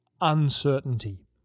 uncertainty